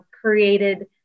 created